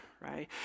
right